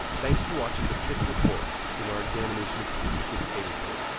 thanks for watching the fifth report in our examination of putin's dictatorship.